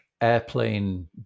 Airplane